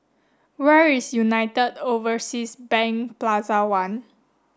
where is United Overseas Bank Plaza One